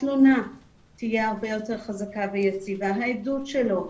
התלונה תהיה הרבה יותר חזקה ויציבה, העדות שלו,